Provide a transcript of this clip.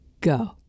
go